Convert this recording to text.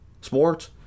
sports